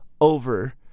over